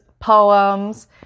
poems